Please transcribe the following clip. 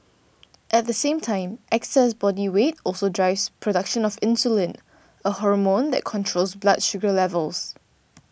at the same time excess body weight also drives production of insulin a hormone that controls blood sugar levels